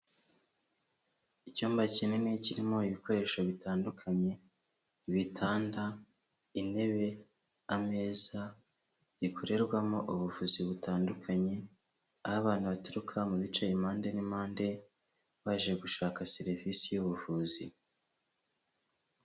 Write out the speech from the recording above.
Icyumba kinini kirimo ibikoresho bitandukanye, ibitanda, intebe, ameza, gikorerwamo ubuvuzi butandukanye, aho abantu baturuka mu bice impande n'impande, baje gushaka serivisi y'ubuvuzi.